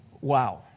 Wow